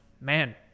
man